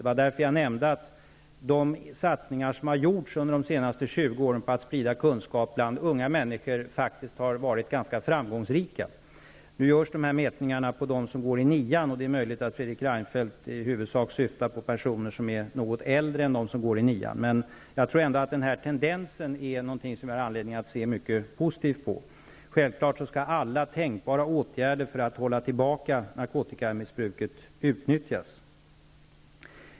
Det var därför jag nämnde att de satsningar som under de senaste 20 åren har gjorts på att sprida kunskap bland unga människor faktiskt har varit ganska framgångsrika. Nu görs de mätningarna på dem som går i nian, och det är möjligt att Fredrik Reinfeldt i huvudsak syftar på personer som är något äldre än de som går i nian, men jag tror ändå att vi har anledning att se mycket positivt på tendensen. Självfallet skall alla tänkbara åtgärder för att hålla tillbaka narkotikamissbruket utnyttjas.